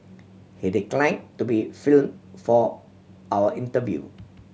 he decline to be film for our interview